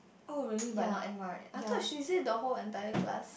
oh really but not admired I thought she say the whole entire class